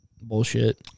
Bullshit